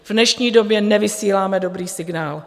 V dnešní době nevysíláme dobrý signál.